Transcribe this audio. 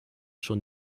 schon